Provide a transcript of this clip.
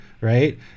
right